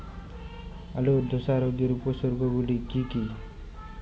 আলুর ধসা রোগের উপসর্গগুলি কি কি?